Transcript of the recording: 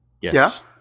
Yes